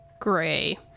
gray